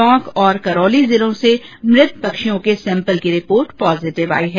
टोंक और करौली जिलो से मृत पक्षियों के सेम्पल की रिपोर्ट पॉजीटिव आई है